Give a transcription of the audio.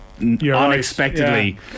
unexpectedly